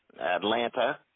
atlanta